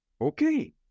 Okay